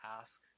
ask